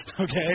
okay